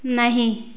नहीं